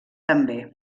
també